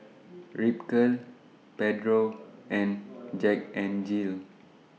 Ripcurl Pedro and Jack N Jill